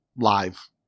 Live